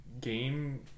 game